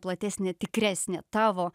platesnė tikresnė tavo